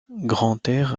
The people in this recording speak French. grantaire